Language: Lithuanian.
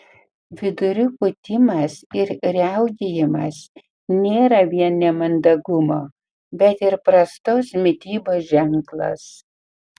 vidurių pūtimas ir riaugėjimas nėra vien nemandagumo bet ir prastos mitybos ženklas